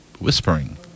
whispering